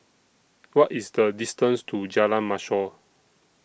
What IS The distance to Jalan Mashor